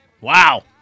Wow